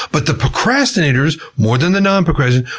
but the procrastinators, more than the non-procrastinators,